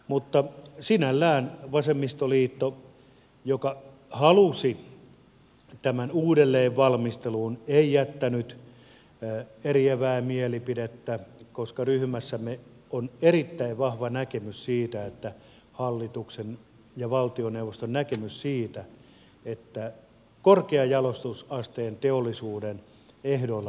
mutta sinällään vasemmistoliitto joka halusi tämän uudelleen valmisteluun ei jättänyt eriävää mielipidettä koska ryhmässämme on erittäin vahva näkemys siitä että hallituksen ja valtioneuvoston näkemyksellä korkean jalostusasteen teollisuuden ehdoista on mentävä